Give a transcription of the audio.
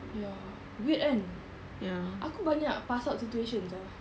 ya weird kan aku banyak pass out situations sia